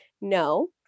no